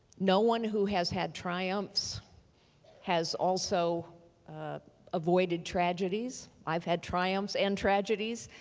no one who has had triumphs has also avoided tragedies. i've had triumphs and tragedies,